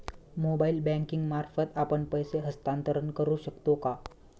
Mobile banking मार्फत आपण पैसे हस्तांतरण करू शकतो का?